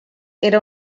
era